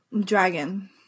Dragon